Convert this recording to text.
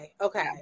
Okay